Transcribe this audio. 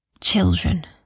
Children